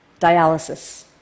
Dialysis